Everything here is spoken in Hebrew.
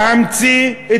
להמציא,